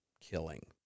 killing